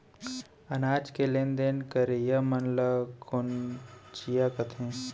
अनाज के लेन देन करइया मन ल कोंचिया कथें